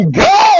go